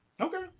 Okay